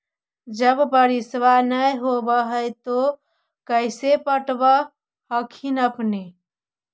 जब बारिसबा नय होब है तो कैसे पटब हखिन अपने?